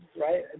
right